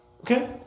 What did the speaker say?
okay